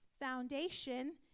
foundation